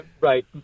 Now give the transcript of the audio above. right